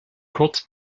kurz